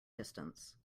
distance